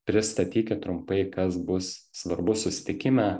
pristatykit trumpai kas bus svarbu susitikime